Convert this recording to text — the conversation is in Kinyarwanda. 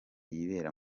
yibera